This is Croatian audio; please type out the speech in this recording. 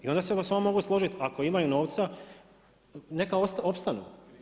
I onda se s vama mogu složiti, ako imaju novca, neka opstanu.